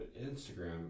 Instagram